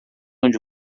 onde